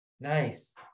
Nice